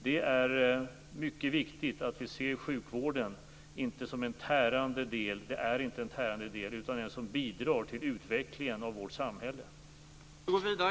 Det är mycket viktigt att vi inte ser sjukvården som en tärande del utan som en del som bidrar till utvecklingen av vårt samhälle.